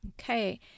Okay